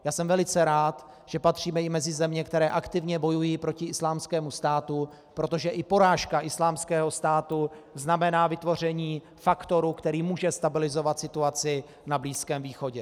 Já jsem velice rád, že patříme i mezi země, které aktivně bojují proti Islámskému státu, protože i porážka Islámského státu znamená vytvoření faktoru, který může stabilizovat situaci na Blízkém východě.